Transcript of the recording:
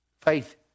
Faith